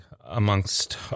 amongst